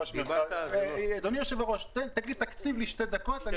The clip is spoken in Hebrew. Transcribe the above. אדוני היושב-ראש, תקציב לי שתי דקות.